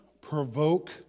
provoke